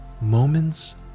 moments